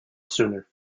sooner